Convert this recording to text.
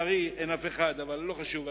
לצערי, אין אף אחד, אבל לא חשוב.